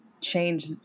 change